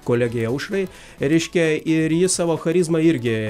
kolegei aušrai reiškia ir ji savo charizma irgi